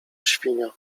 świnia